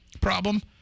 problem